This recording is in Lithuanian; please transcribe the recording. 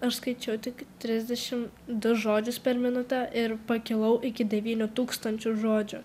aš skaičiau tik trisdešim du žodžius per minutę ir pakilau iki devynių tūkstančių žodžių